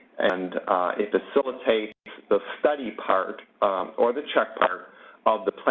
and it facilitates the study part or the check part of the plan,